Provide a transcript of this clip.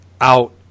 out